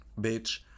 Bitch